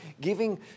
giving